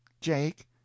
Jake